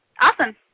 awesome